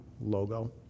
logo